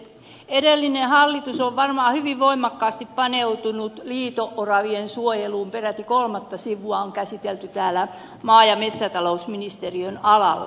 edellinen hallitus on varmaan hyvin voimakkaasti paneutunut liito oravien suojeluun peräti kolmatta sivua on asiaa käsitelty täällä maa ja metsätalousministeriön alalla